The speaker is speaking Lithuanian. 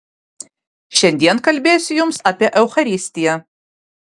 šiandien kalbėsiu jums apie eucharistiją